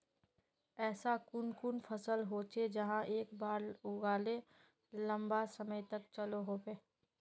ऐसा कुन कुन फसल होचे जहाक एक बार लगाले लंबा समय तक चलो होबे?